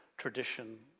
tradition,